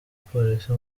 polisi